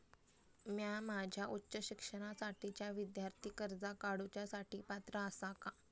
म्या माझ्या उच्च शिक्षणासाठीच्या विद्यार्थी कर्जा काडुच्या साठी पात्र आसा का?